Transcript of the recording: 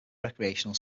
recreational